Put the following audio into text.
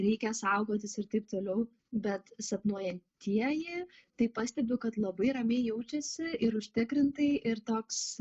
reikia saugotis ir taip toliau bet sapnuojantieji tai pastebi kad labai ramiai jaučiasi ir užtikrintai ir toks